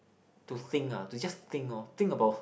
to think ah to just think lor think about